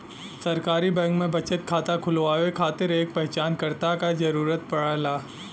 सरकारी बैंक में बचत खाता खुलवाये खातिर एक पहचानकर्ता क जरुरत पड़ला